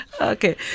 Okay